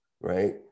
right